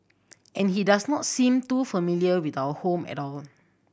and he does not seem too familiar with our home at all